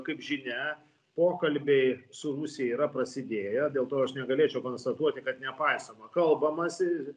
kaip žinia pokalbiai su rusija yra prasidėję dėl to aš negalėčiau konstatuoti kad nepaisoma kalbamasi